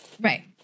Right